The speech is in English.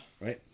Right